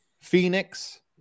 Phoenix